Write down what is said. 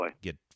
get